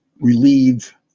relieve